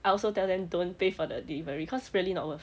I also tell them don't pay for the delivery cause really not worth